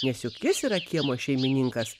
nes juk jis yra kiemo šeimininkas